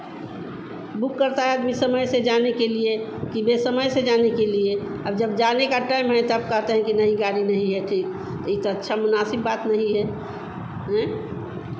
book करता है अदमी समय से जाने के लिए की बेसमय से जाने के लिए अब जब जाने का टाइम है तब कहते हैं कि नहीं गाड़ी नहीं है ठीक ई तो अच्छा मुनासिब बात नहीं है आँय